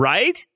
Right